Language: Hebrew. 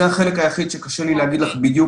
זה החלק היחיד שקשה לי להגיד לך בדיוק